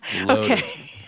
Okay